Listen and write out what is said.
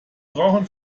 brauchen